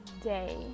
day